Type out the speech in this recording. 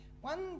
One